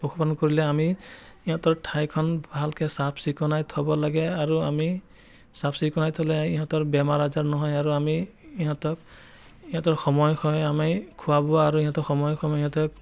পশুপালন কৰিলে আমি ইহঁতৰ ঠাইখন ভালকৈ চাফ চিকুণাই থ'ব লাগে আৰু আমি চাফ চিকুণাই থ'লে ইহঁতৰ বেমাৰ আজাৰ নহয় আৰু আমি ইহঁতক ইহঁতৰ সময় হয় আমি খোৱা বোৱা আৰু ইহঁতক সময়ে সময়ে ইহঁতক